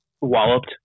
walloped